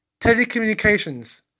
telecommunications